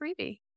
freebie